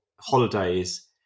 holidays